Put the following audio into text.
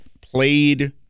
played